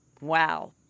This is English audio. Wow